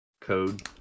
code